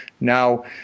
Now